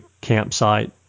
campsite